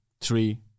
three